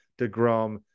DeGrom